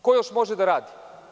Ko još može da radi?